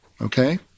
Okay